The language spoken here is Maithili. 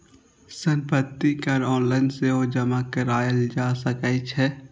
संपत्ति कर ऑनलाइन सेहो जमा कराएल जा सकै छै